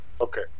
Okay